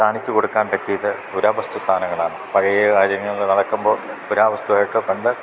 കാണിച്ചുകൊടുക്കാൻ പറ്റിയത് പുരാവസ്തു സാധനങ്ങളാണ് പഴയ കാര്യങ്ങള് നടക്കുമ്പോള് പുരാവസ്തുവായിട്ട് പണ്ട്